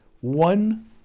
one